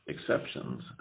exceptions